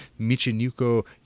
Michinuko